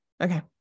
Okay